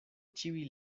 ĉiuj